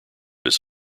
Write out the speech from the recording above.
his